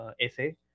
Essay